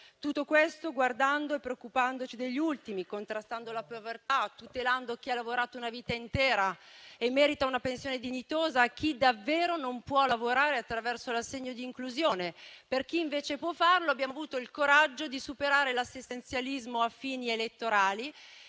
Tutto questo guardando e preoccupandoci degli ultimi, contrastando la povertà, tutelando chi ha lavorato una vita intera e merita una pensione dignitosa, e tutelando chi davvero non può lavorare attraverso l'assegno di inclusione. Per chi invece può farlo, abbiamo avuto il coraggio di superare l'assistenzialismo a fini elettorali